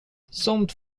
sånt